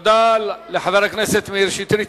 תודה לחבר הכנסת מאיר שטרית.